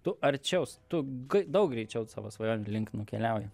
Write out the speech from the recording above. tu arčiau s tu g daug greičiau savo svajonių link nukeliauji